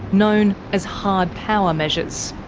known as hard power measures.